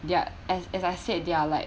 they are as as I said they are like